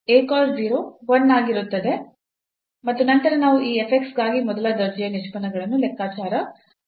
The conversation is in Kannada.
a cos 0 1 ಆಗಿರುತ್ತದೆ ಮತ್ತು ನಂತರ ನಾವು ಈ f x ಗಾಗಿ ಮೊದಲ ದರ್ಜೆಯ ನಿಷ್ಪನ್ನಗಳನ್ನು ಲೆಕ್ಕಾಚಾರ ಮಾಡಬೇಕು